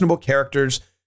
characters